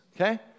Okay